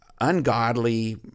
ungodly